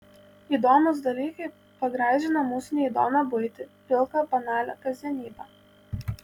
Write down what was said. įdomūs dalykai pagražina mūsų neįdomią buitį pilką banalią kasdienybę